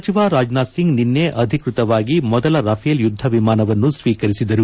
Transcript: ಸಚಿವ ರಾಜನಾಥ್ ಸಿಂಗ್ ನಿನ್ನೆ ಅಧಿಕೃತವಾಗಿ ಮೊದಲ ರಫೇಲ್ ಯುದ್ದ ವಿಮಾನವನ್ನು ಸ್ವೀಕರಿಸಿದರು